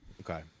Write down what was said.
Okay